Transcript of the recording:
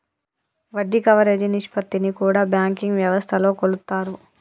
వడ్డీ కవరేజీ నిష్పత్తిని కూడా బ్యాంకింగ్ వ్యవస్థలో కొలుత్తారు